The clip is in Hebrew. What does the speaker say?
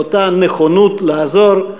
באותה נכונות לעזור.